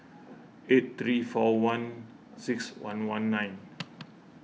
eight three four one six one one nine